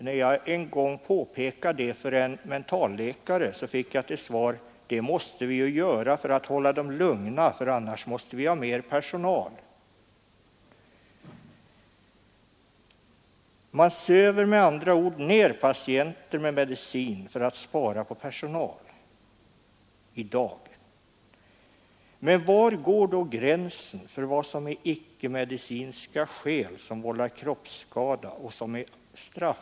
När jag en gång påpekade detta för en mentalläkare fick jag till svar att vi måste göra det för att hålla patienterna lugna — annars måste vi ha mer personal. Man söver med andra ord ned patienter med medicin för att spara på personal — i dagens samhälle. Men var går då gränsen till straffbarhet för ett förfarande där man av icke-medicinska skäl vållar kroppsskada? Det är svårt att avgöra.